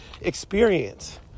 experience